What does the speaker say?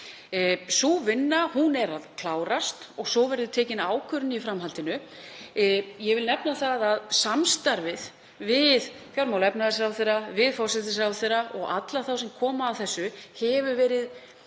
Sú vinna er að klárast og verður tekin ákvörðun í framhaldinu. Ég vil nefna það að samstarfið við fjármála- og efnahagsráðherra, við forsætisráðherra og alla þá sem koma að þessu hefur verið